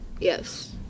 Yes